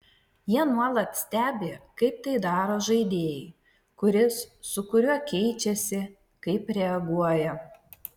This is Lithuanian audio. jie nuolat stebi kaip tai daro žaidėjai kuris su kuriuo keičiasi kaip reaguoja